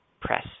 press